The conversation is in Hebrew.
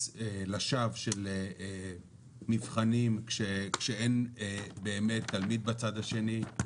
לשווא של מבחנים כשאין באמת על מי בצד השני,